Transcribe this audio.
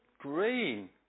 green